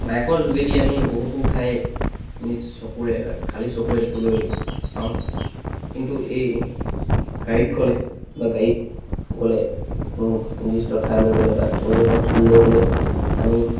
বাইকৰ যোগেদি আমি বহুতো ঠাই নিজ চকুৰে খালী চকুৰে দেখিবলৈ পাওঁ কিন্তু এই গাড়ীত গ'লে বা গাড়ীত গ'লে কোনো নিৰ্দিষ্ট ঠাইলৈ গ'লে বা পৰ্যটনথলীলৈ গ'লে